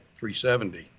370